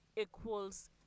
equals